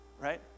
right